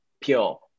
pure